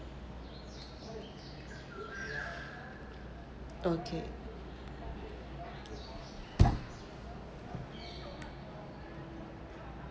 okay